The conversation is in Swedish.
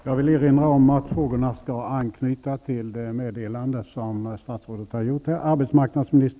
Jag vill erinra om att frågorna skall anknyta till det meddelande som statsrådet har lämnat.